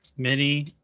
Mini